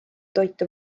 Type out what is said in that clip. toitu